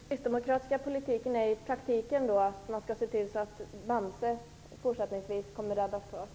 Fru talman! Den kristdemokratiska politiken i praktiken är då att man skall se till att Bamse kommer att räddas kvar i fortsättningen?